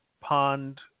pond